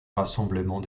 rassemblement